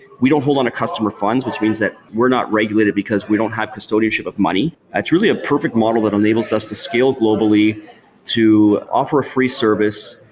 we don't hold on a customer funds, which means that we're not regulated because we don't have custodianship of money. that's really a perfect model that enables us to scale globally to offer free service,